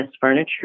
Furniture